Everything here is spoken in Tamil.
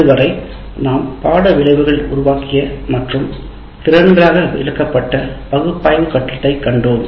இதுவரை நாம் பாட முடிவுகளை உருவாக்கிய பகுப்பாய்வு கட்டத்தைக் கண்டோம்